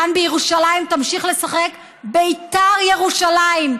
כאן בירושלים תמשיך לשחק בית"ר ירושלים,